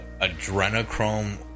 Adrenochrome